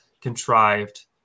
Contrived